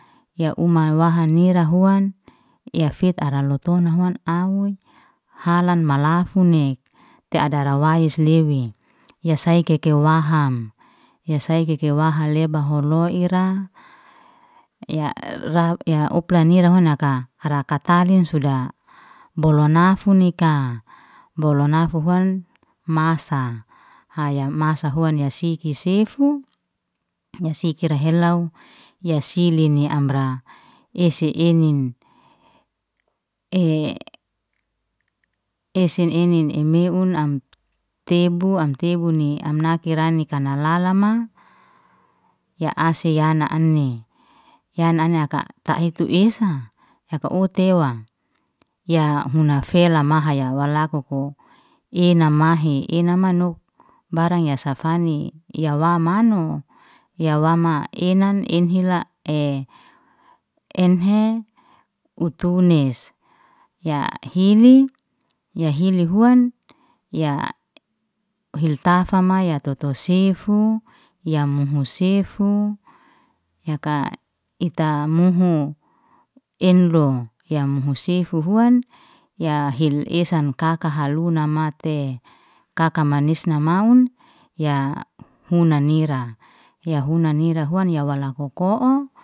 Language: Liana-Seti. Ya uma waha nira huan ya fit ara lotun huan au halan malafun ne, te adarawais lewe, ya sai keke waham, ya sai keke wahale bahaleba hulo ira, ya ra ya uka nira huan yaka harakate suda bolu nafun nika, bolu nahuhuan masa haya masa huan ya siki sefu ya sikir ya helau, ya silin ya amra ese enin. esen enin emeun am tebu am tebu ni am naki rani karna lalama, ya ase yana ane, yaneaka ta etu esa, yaka u tewa, ya huna fela mahaya walakoko, i namahe ina manuk barang ya safene yawa manu, ya wama enan enhila ei enhe utunes, ya hili yahili huan ya hil tafa mae ya tutu sifu, ya muhu sefu, yaka ita muhu, inlow ya muhuse fufuan ya hil esan kaka haluna mate kaka manis namaun ya hunanira ya muna nira huan ya wala hoko'o